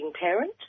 parent